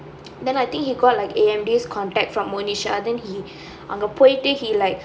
then he got like A_M_D's contact from monisha then he அங்க போயிட்டு:anga poyittu he like